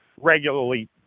regularly